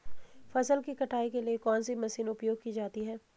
फसल की कटाई के लिए कौन सी मशीन उपयोग की जाती है?